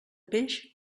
peix